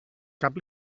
cap